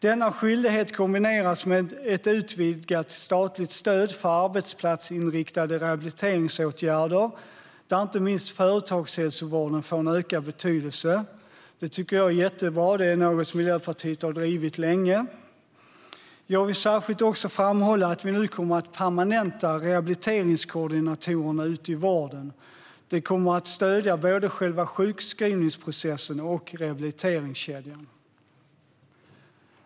Denna skyldighet kombineras med ett utvidgat statligt stöd för arbetsplatsinriktade rehabiliteringsåtgärder där inte minst företagshälsovården får en ökad betydelse. Det tycker jag är jättebra. Det är något som Miljöpartiet har drivit länge. Jag vill särskilt framhålla att vi nu kommer att permanenta rehabiliteringskoordinatorerna ute i vården. Det kommer att stödja både själva sjukskrivningsprocessen och rehabiliteringskedjan.